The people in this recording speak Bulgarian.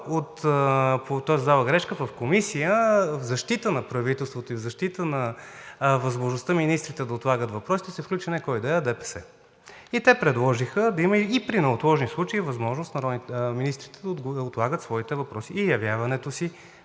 беше, че в Комисията в защита на правителството и в защита на възможността министрите да отлагат въпросите се включи не кой да е, а ДПС, и те предложиха да има „и при неотложни случаи“ възможност министрите да отлагат своите въпроси и явяването си